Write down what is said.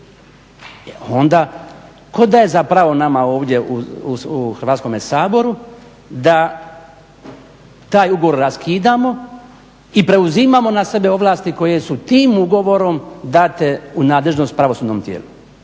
Onda tko daje zapravo nama ovdje u Hrvatskome saboru da taj ugovor raskidamo i preuzimamo na sebe ovlasti koje su tim ugovorom date u nadležnost pravosudnom tijelu